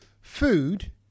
food